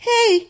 Hey